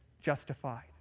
justified